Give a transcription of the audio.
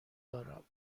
دارم